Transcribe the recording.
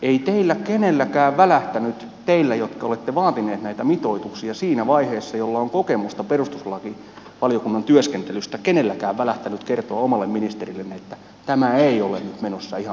ei teillä kenelläkään välähtänyt teillä jotka olette vaatineet näitä mitoituksia joilla on kokemusta perustuslakivaliokunnan työskentelystä siinä vaiheessa kertoa omalle ministerillenne että tämä ei ole nyt menossa ihan pykälien mukaisesti